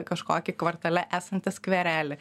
kažkokį kvartale esantį skverelį